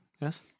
yes